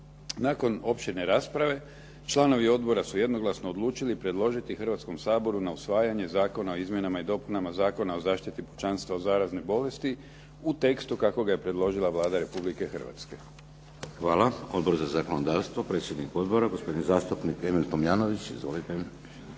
Nakon opširne rasprave, članovi odbora su jednoglasno odlučili predložiti Hrvatskom saboru na usvajanje Zakon o izmjenama i dopunama Zakona o zaštiti pučanstva od zaraznih bolesti u tekstu kako ga je predložila Vlada Republike Hrvatske. **Šeks, Vladimir (HDZ)** Hvala. Odbor za zakonodavstvo, predsjednik odbora gospodin zastupnik Emil Tomljanović. Izvolite.